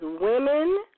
women